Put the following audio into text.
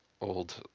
Old